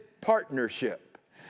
partnership